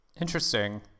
Interesting